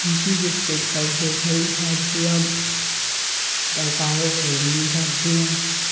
ꯅꯨꯡꯇꯤꯒꯤ ꯏꯁꯀꯦꯠꯁ ꯇꯧꯕꯁꯦ ꯑꯩꯈꯣꯏ ꯏꯁꯥꯗꯥꯁꯨ ꯌꯥꯝ ꯗꯔꯀꯥꯔ ꯑꯣꯏꯕꯅꯤ ꯏꯁꯥꯗꯁꯨ